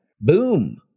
boom